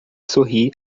sorri